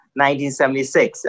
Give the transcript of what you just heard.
1976